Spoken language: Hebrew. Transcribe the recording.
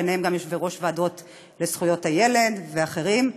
וביניהם גם יושבי-ראש ועדות לזכויות הילד ואחרים.